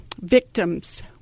victims